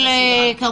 לכבוד היושב ראש.